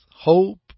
hope